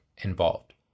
involved